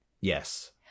yes